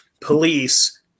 police